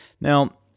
Now